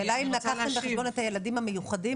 השאלה אם לקחתם בחשבון את הילדים המיוחדים?